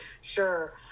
sure